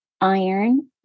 iron